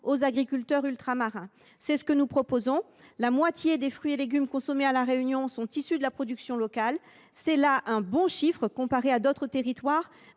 aux agriculteurs ultramarins. C’est ce que nous proposons. La moitié des fruits et légumes consommés à La Réunion sont issus de la production locale : c’est un bon résultat comparé à d’autres territoires,